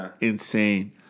insane